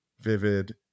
vivid